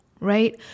right